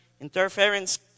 Interference